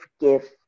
give